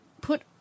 put